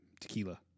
tequila